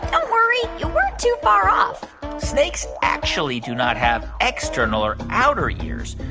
don't worry, you weren't too far off snakes actually do not have external or outer ears,